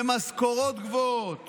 במשכורות גבוהות